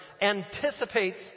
anticipates